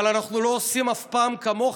אבל אנחנו לא עושים אף פעם כמוכם,